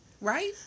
right